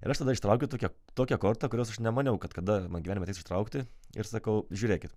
ir aš tada ištraukiu tokią tokią kortą kurios aš nemaniau kad kada man gyvenime teks išsitraukti ir sakau žiūrėkit